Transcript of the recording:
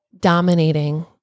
dominating